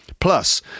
Plus